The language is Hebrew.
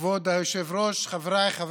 כלכלי כבר